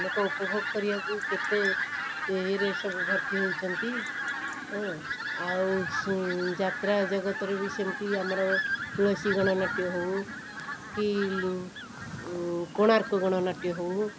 ଆଁ ଲୋକ ଉପଭୋଗ କରିବାକୁ କେତେ ଇଏ ରେ ସବୁ ଭର୍ତ୍ତି ହେଉଛନ୍ତି ଆଉ ଯାତ୍ରା ଜଗତରେ ବି ସେମିତି ଆମର ତୁଳସୀ ଗଣନାଟ୍ୟ ହେଉ କି କୋଣାର୍କ ଗଣନାଟ୍ୟ ହେଉ